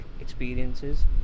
experiences